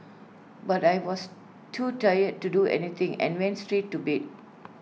but I was too tired to do anything and went straight to bed